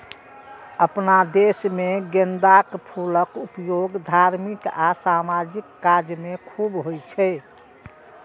अपना देश मे गेंदाक फूलक उपयोग धार्मिक आ सामाजिक काज मे खूब होइ छै